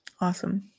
Awesome